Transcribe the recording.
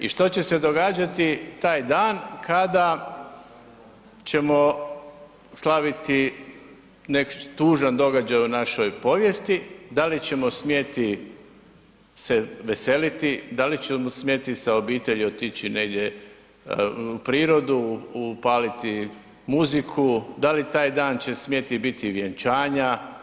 I što će se događati taj dan kada ćemo slaviti tužan događaj u našoj povijesti, da li ćemo smjeti se veseliti, da li ćemo smjeti sa obitelji otići negdje u prirodu, upaliti muziku, da li taj dan će smjeti biti vjenčanja.